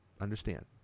Understand